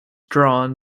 drawn